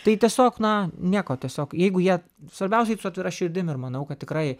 tai tiesiog na nieko tiesiog jeigu jie svarbiausiai su atvira širdim ir manau kad tikrai